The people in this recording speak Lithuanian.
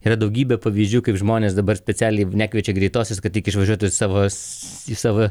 yra daugybė pavyzdžių kaip žmonės dabar specialiai nekviečia greitosios kad tik išvažiuotų į savas į savo